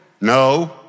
no